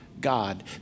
God